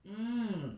mmhmm